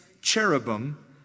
cherubim